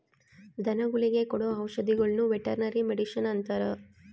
ಧನಗುಳಿಗೆ ಕೊಡೊ ಔಷದಿಗುಳ್ನ ವೆರ್ಟನರಿ ಮಡಿಷನ್ ಅಂತಾರ